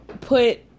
put